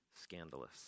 scandalous